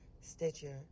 Stitcher